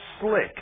slick